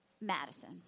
Madison